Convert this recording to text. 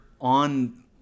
on